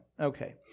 Okay